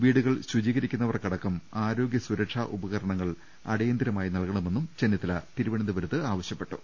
വീടുകൾ ശുചീകരിക്കുന്നവർക്ക് അടക്കം ആരോഗ്യ സുരക്ഷാ ഉപകരണങ്ങൾ അടിയന്തിരമായി നൽകണമെന്നും ചെന്നിത്തല തിരുവനന്തപുരത്ത് നിർദേശിച്ചു